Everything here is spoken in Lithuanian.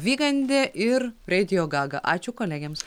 vygandė ir reidijo gaga ačiū kolegėms